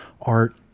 art